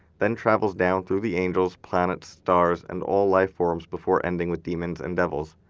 then travels down through the angels, planets, stars, and all lifeforms before ending with demons and devils.